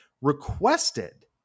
requested